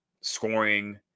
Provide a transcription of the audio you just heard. scoring